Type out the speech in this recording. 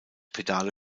pedale